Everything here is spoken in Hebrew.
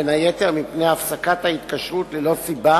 בין היתר מפני הפסקת ההתקשרות ללא סיבה